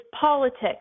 politics